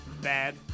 bad